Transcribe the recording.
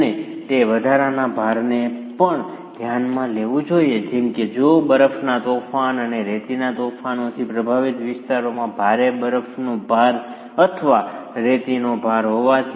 અને તે વધારાના ભારને પણ ધ્યાનમાં લેવું જોઈએ જેમ કે જો બરફના તોફાન અને રેતીના તોફાનોથી પ્રભાવિત વિસ્તારોમાં ભારે બરફનો ભાર અથવા રેતીનો ભાર હોવાથી